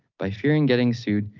by fearing getting sued,